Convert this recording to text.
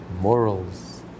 Morals